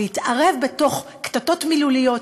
להתערב בתוך קטטות מילוליות,